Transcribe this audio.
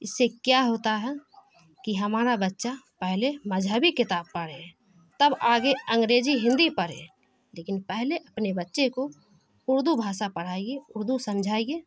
اس سے کیا ہوتا ہے کہ ہمارا بچہ پہلے مذہبی کتاب پڑھے تب آگے انگریزی ہندی پڑھے لیکن پہلے اپنے بچے کو اردو بھاشا پڑھائیے اردو سمجھائیے